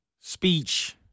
speech